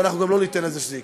ואנחנו גם לא ניתן שזה יקרה.